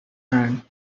hand